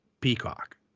Peacock